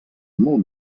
molt